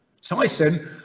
Tyson